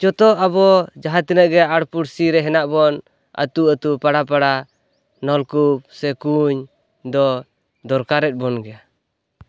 ᱡᱚᱛᱚ ᱟᱵᱚ ᱡᱟᱦᱟᱸ ᱛᱤᱱᱟᱹᱜᱮ ᱟᱲᱯᱩᱲᱥᱤᱨᱮ ᱦᱮᱱᱟᱜ ᱵᱚᱱ ᱟᱹᱛᱩ ᱟᱹᱛᱩ ᱯᱟᱲᱟ ᱯᱟᱲᱟ ᱱᱚᱞᱠᱩᱯ ᱥᱮ ᱠᱩᱸᱧ ᱫᱚ ᱫᱚᱨᱠᱟᱨᱮᱫ ᱵᱚᱱ ᱜᱮᱭᱟ